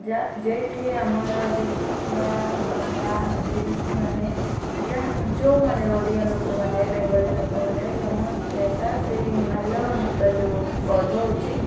ଯେଉଁଠି ଆମର ଦେଶୀଆ ବଣ୍ଡା ଆଦିବାସୀମାନେ ଯାହା ଯେଉଁମାନେ ଓଡ଼ିଆ ଲୋକମାନେ ବେଙ୍ଗଲୀ ଲୋକମାନେ ସମସ୍ତେ ଏକା ସେଇ ମାଲ୍ୟବନ୍ତ ଯେଉଁ ପର୍ବ ହେଉଛି